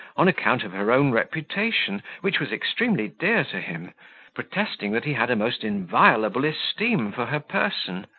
on account of her own reputation, which was extremely dear to him protesting that he had a most inviolable esteem for her person.